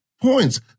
points